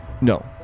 No